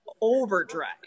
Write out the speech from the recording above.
overdrive